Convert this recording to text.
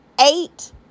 eight